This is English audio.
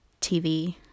TV